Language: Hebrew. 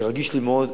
זה רגיש אצלי מאוד,